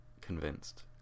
convinced